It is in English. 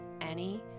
annie